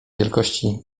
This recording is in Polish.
wielkości